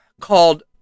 called